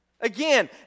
Again